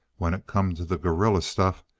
when it come to the gorilla stuff,